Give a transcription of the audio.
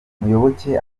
muyoboke